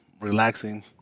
relaxing